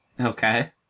Okay